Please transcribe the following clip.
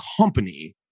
company